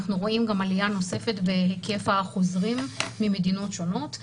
אנחנו רואים גם עלייה נוספת בהיקף החוזרים ממדינות שונות,